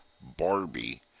Barbie